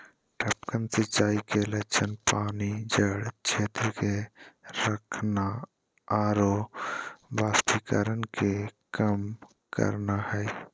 टपकन सिंचाई के लक्ष्य पानी जड़ क्षेत्र में रखना आरो वाष्पीकरण के कम करना हइ